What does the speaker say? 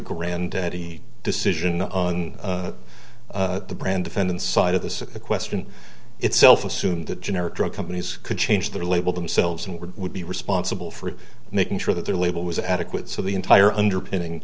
granddaddy decision on the brand defendant's side of the question itself assume that generic drug companies could change their label themselves and we would be responsible for making sure that their label was adequate so the entire underpinning